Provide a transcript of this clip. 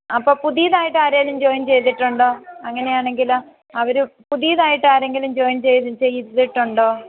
അപ്പോൾ പുതിയതായിട്ട് ആരെങ്കിലും ജോയിൻ ചെയ്തിട്ടുണ്ടോ അങ്ങനെയാണെങ്കിൽ അവർ പുതിയതായിട്ട് ആരെങ്കിലും ജോയിൻ ചെയ്ത് ചെയ്തിട്ടുണ്ടോ